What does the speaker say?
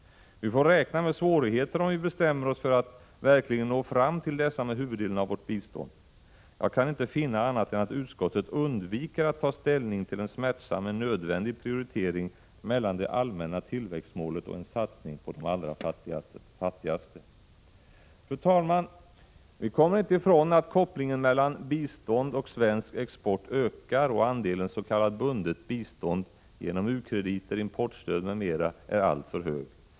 Vi får räkna med svårigheter om vi bestämmer oss för att verkligen nå fram till dessa med huvuddelen av vårt bistånd. Jag kan inte finna annat än att utskottet undviker att ta ställning till en smärtsam men nödvändig prioritering mellan det allmänna tillväxtmålet och en satsning på de allra fattigaste. Fru talman! Vi kommer inte ifrån att kopplingen mellan bistånd och svensk export ökar, och andelen s.k. bundet bistånd — genom u-krediter, importstöd m.m. — är allt för stor.